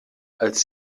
als